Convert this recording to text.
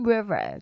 River